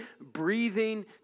breathing